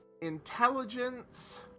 intelligence